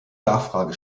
nachfrage